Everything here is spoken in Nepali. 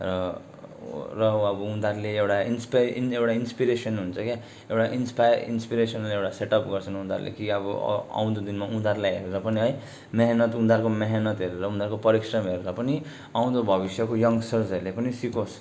र र अब उनीहरूले एउटा इन्सपा इन एउटा इन्सपिरेसन हुन्छ के एउटा इन्स्पा इन्सपिरेसन एउटा सेट अप गर्छन् उहाँहरूले कि अब अ आउँदो दिनमा उनीहरूलाई हेरेर पनि है मेहनत उनीहरूको मेहनत हेरेर उनीहरूको परिश्रम हेरेर पनि आउँदो भविष्यको यङ्गस्टर्सहरूले पनि सिकोस्